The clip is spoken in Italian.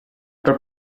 per